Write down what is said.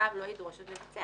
המוטב לא ידרוש לבצע.